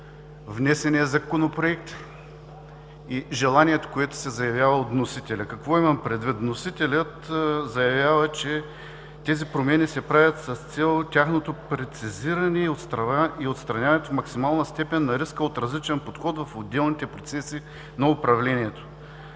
внесения Законопроект и желанието, което се заявява от вносителя. Какво имам предвид? Вносителят заявява, че тези промени се правят с цел тяхното прецизиране и отстраняването в максимална степен на риска от различен подход в отделните процеси на управлението.